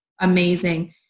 amazing